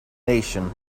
nation